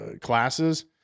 classes